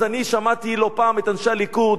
אז אני שמעתי לא פעם את אנשי הליכוד.